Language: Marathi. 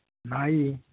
नाही